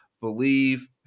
believe